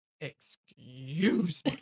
Excuse